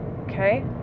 Okay